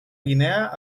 guinea